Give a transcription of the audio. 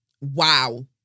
Wow